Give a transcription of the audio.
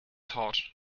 torque